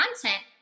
content